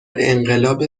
انقلاب